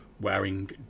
wearing